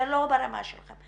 זה לא ברמה שלכם,